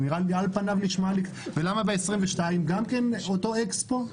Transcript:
וב-2022 אותו אקספו?